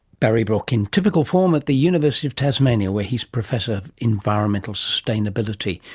barry brook in typical form at the university of tasmania where he is professor of environmental sustainability,